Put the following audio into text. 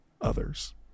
others